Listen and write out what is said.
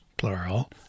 Plural